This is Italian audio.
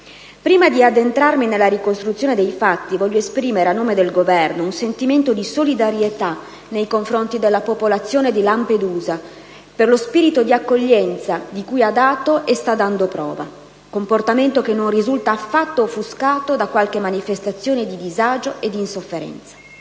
Prima di addentrarmi nella ricostruzione dei fatti, a nome del Governo voglio esprimere un sentimento di solidarietà nei confronti della popolazione di Lampedusa, per lo spirito di accoglienza di cui ha dato e sta dando prova, comportamento che non risulta affatto offuscato da qualche manifestazione di disagio e di insofferenza.